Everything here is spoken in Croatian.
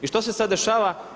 I što se sada dešava?